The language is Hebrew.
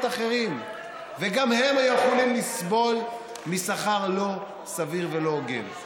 אחרים וגם הם יכולים לסבול משכר לא סביר ולא הוגן.